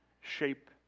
shape